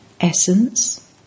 Essence